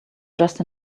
just